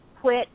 quit